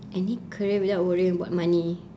any career without worrying about money